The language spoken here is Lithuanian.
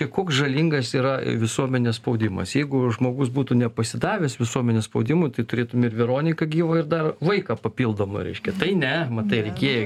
koks žalingas yra visuomenės spaudimas jeigu žmogus būtų nepasidavęs visuomenės spaudimui tai turėtume ir veroniką gyvą ir dar vaiką papildomą reiškia tai ne matai reikėjo